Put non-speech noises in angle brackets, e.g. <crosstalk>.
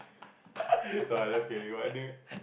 <laughs> no lah just kidding but anyway